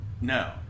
no